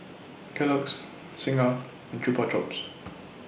Kellogg's Singha and Chupa Chups